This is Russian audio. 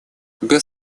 без